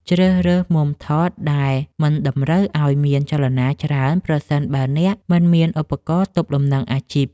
ជ្រើសរើសមុំថតដែលមិនតម្រូវឱ្យមានចលនាច្រើនប្រសិនបើអ្នកមិនមានឧបករណ៍ទប់លំនឹងអាជីព។